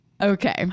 Okay